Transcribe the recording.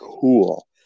cool